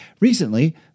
Recently